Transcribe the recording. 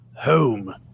Home